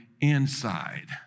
inside